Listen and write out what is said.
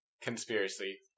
conspiracy